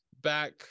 back